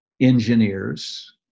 engineers